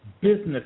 business